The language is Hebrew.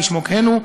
כשמו כן הוא,